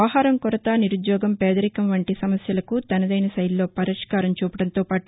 ఆహారం కొరత నిరుద్యోగం పేదరికం వంటి సమస్యలకు తనదైన శైలిలో పరిష్కారం చూపడంతో పాటు